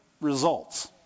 results